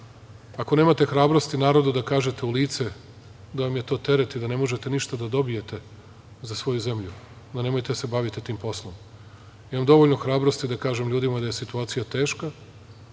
Ako nemate hrabrosti da narodu kažete to u lice, da vam je to teret i da ne možete ništa da dobijete, za svoju zemlju, onda nemojte da se bavite tim poslom. Imam dovoljno hrabrosti da kažem ljudima da je situacija teška,